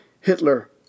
Hitler